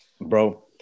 Bro